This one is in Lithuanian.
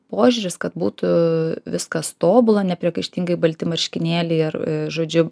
požiūris kad būtų viskas tobula nepriekaištingai balti marškinėliai ar žodžiu